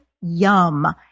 Yum